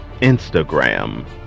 Instagram